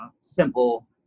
simple